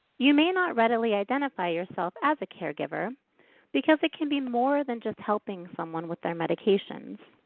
you may not readily identify yourself as a caregiver because it can be more than just helping someone with their medications.